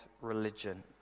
religion